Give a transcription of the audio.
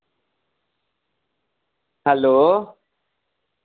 hello